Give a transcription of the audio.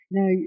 Now